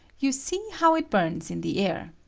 you see how it bums in the air.